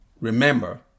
Remember